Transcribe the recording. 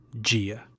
dia